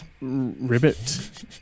Ribbit